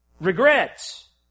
Regrets